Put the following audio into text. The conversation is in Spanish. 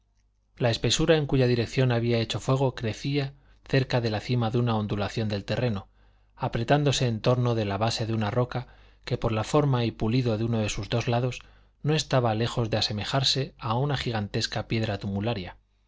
la espesura en cuya dirección había hecho fuego crecía cerca de la cima de una ondulación del terreno apretándose en torno de la base de una roca que por la forma y pulido de uno de sus lados no estaba lejos de asemejarse a una gigantesca piedra tumularia